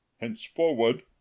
Henceforward